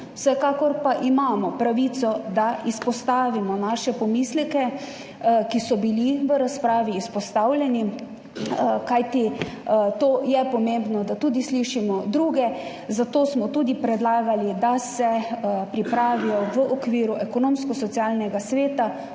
Vsekakor pa imamo pravico, da izpostavimo naše pomisleke, ki so bili izpostavljeni v razpravi, kajti to je pomembno, da slišimo tudi druge. Zato smo predlagali, da se pripravijo v okviru Ekonomsko-socialnega sveta